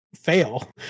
fail